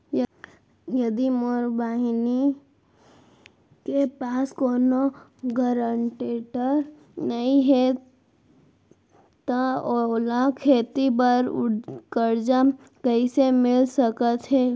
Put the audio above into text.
यदि मोर बहिनी के पास कोनो गरेंटेटर नई हे त ओला खेती बर कर्जा कईसे मिल सकत हे?